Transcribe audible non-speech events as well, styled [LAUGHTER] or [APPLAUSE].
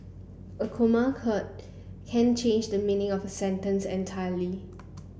a comma [UNINTELLIGIBLE] can change the meaning of a sentence entirely